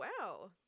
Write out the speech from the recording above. wow